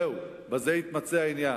זהו, בזה התמצה העניין.